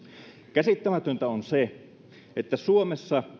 käsittämätöntä on se että suomessa